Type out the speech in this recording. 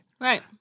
Right